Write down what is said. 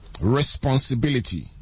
Responsibility